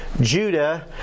Judah